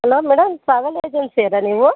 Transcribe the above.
hello madam travel agency ಅವ್ರಾ ನೀವು